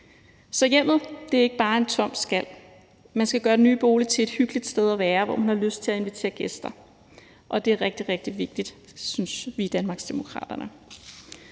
Så hjemmet er ikke bare en tom skal. Man skal gøre den nye bolig til et hyggeligt sted at være, hvor man har lyst til at invitere gæster, og det er rigtig, rigtig vigtigt, synes vi i Danmarksdemokraterne.